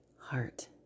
heart